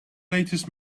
latest